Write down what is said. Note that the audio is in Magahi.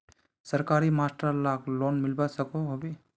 सरकारी मास्टर लाक लोन मिलवा सकोहो होबे?